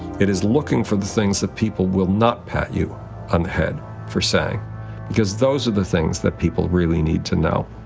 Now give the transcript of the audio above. it is looking for the things that people will not pat you on the head for saying because those are the things that people really need to know,